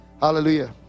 Hallelujah